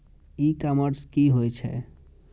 ई commerce की होए छै?